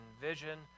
vision